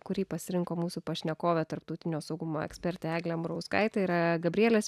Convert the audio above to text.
kurį pasirinko mūsų pašnekovė tarptautinio saugumo ekspertė eglė murauskaitė yra gabrielės